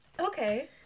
Okay